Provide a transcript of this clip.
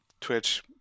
Twitch